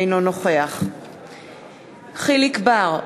אינו נוכח יחיאל חיליק בר,